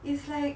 it's like